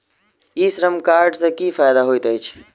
ई श्रम कार्ड सँ की फायदा होइत अछि?